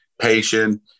patient